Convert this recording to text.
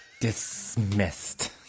dismissed